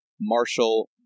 Marshall